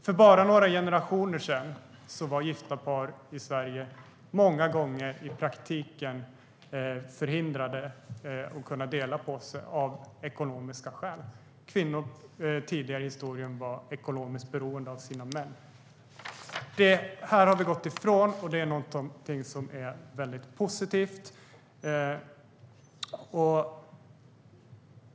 För bara några generationer sedan var gifta par i Sverige många gånger i praktiken förhindrade att dela på sig av ekonomiska skäl. Kvinnor var tidigare i historien ekonomiskt beroende av sina män. Detta har vi gått ifrån, och det är någonting som är positivt.